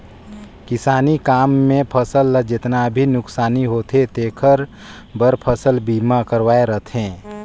किसानी काम मे फसल ल जेतना भी नुकसानी होथे तेखर बर फसल बीमा करवाये रथें